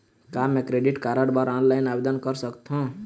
का मैं credit card बर ऑनलाइन आवेदन कर सकथों?